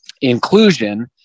inclusion